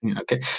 okay